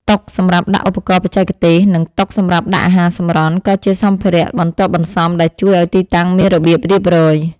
តុសម្រាប់ដាក់ឧបករណ៍បច្ចេកទេស និងតុសម្រាប់ដាក់អាហារសម្រន់ ក៏ជាសម្ភារៈបន្ទាប់បន្សំដែលជួយឱ្យទីតាំងមានរបៀបរៀបរយ។